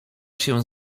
się